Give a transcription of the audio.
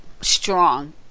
strong